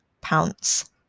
pounce